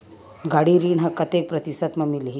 गाड़ी ऋण ह कतेक प्रतिशत म मिलही?